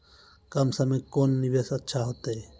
कम समय के कोंन निवेश अच्छा होइतै?